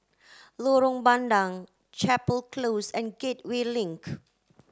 Lorong Bandang Chapel Close and Gateway Link